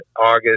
August